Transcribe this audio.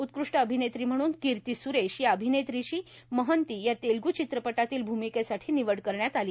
उत्कृष्ट अभिनेत्री म्हणून किर्ती सुरेश या अभिनेत्रीची महंती या तेलगु चित्रातील भूमिकेसाठी निवड करण्यात आली